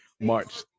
march